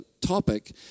topic